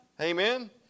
Amen